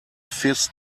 fizz